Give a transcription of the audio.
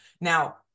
Now